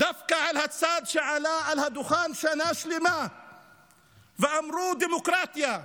דווקא על הצד שעלה על הדוכן שנה שלמה ואמרו "דמוקרטיה",